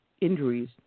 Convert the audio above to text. injuries